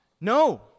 No